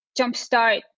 jumpstart